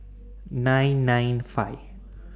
nine nine five